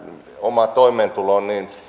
oma toimeentulo on niin